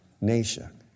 nation